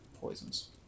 poisons